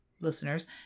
listeners